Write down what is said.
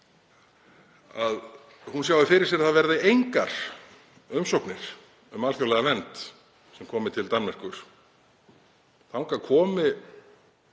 að hún sjái fyrir sér að það verði engar umsóknir um alþjóðlega vernd sem komi til Danmerkur, þangað komi